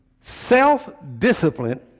Self-discipline